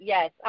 Yes